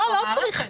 לא צריך לבוא.